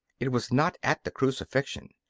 it was not at the crucifixion,